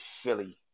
Philly